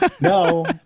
no